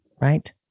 right